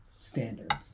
standards